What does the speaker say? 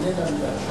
איננה מילת,